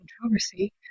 controversy